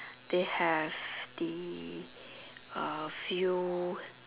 they have the uh field